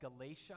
Galatia